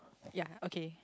ya okay